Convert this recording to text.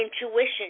intuition